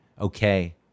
okay